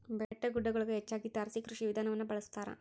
ಬೆಟ್ಟಗುಡ್ಡಗುಳಗ ಹೆಚ್ಚಾಗಿ ತಾರಸಿ ಕೃಷಿ ವಿಧಾನವನ್ನ ಬಳಸತಾರ